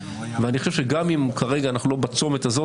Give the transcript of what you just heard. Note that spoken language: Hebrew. אני חושב שגם אם כרגע אנחנו לא בצומת הזאת